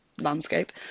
landscape